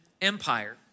Empire